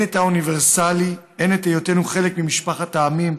הן את האוניברסלי, הן את היותנו חלק ממשפחת העמים,